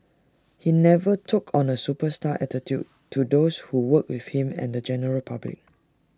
he never took on A superstar attitude to those who worked with him and the general public